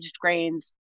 grains